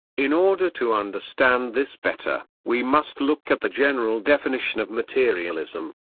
in order to understand this better, we must look at the general definition of materialism.